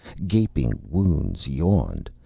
gaping wounds yawned,